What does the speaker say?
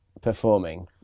performing